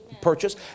purchase